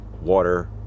water